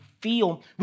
feel